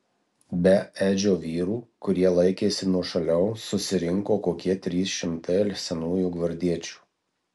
be edžio vyrų kurie laikėsi nuošaliau susirinko kokie trys šimtai senųjų gvardiečių